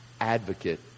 advocate